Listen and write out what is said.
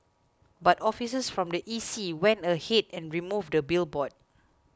but officers from the E C went ahead and removed the billboard